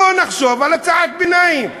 בוא נחשוב על הצעת ביניים.